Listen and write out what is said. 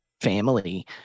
family